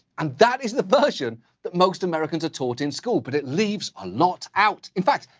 and that is the version that most americans are taught in school, but it leaves a lot out. in fact,